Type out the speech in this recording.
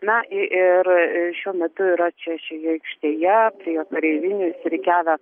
na ir šiuo metu yra čia šioje aikštėje prie kareivinių išsirikiavę